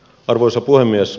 arvoisa puhemies